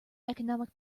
economic